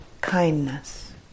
Kindness